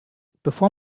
bevor